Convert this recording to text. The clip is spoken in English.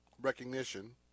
recognition